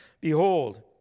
Behold